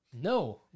No